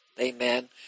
Amen